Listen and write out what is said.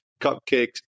cupcakes